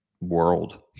world